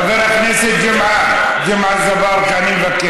ג'מעה, (אומרת בערבית: למה אתה עונה לה?